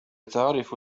تعرف